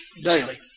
daily